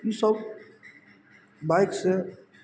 ई सब बाइकसँ